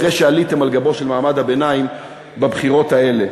אחרי שעליתם על גבו של מעמד הביניים בבחירות האלה?